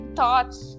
thoughts